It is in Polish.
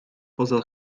poza